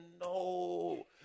no